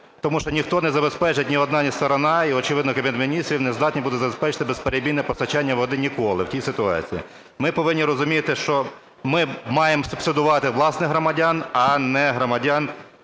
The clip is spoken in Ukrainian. тому що ніхто не забезпечить, ні одна із сторін і, очевидно, Кабінет Міністрів не здатні будуть забезпечити безперебійне постачання води ніколи в тій ситуації. Ми повинні розуміти, що ми маємо субсидувати власних громадян, а не терористів